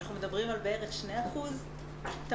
אנחנו מדברים על בערך 2% תמ"ג?